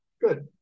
Good